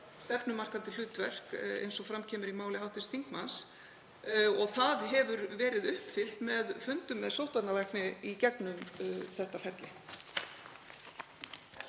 stefnumarkandi hlutverk, eins og fram kemur í máli hv. þingmanns, og það hefur verið uppfyllt með fundum með sóttvarnalækni í gegnum þetta ferli.